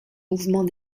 mouvement